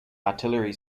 artillery